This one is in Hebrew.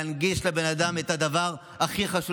להנגיש לבן אדם את הדבר הכי חשוב,